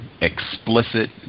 explicit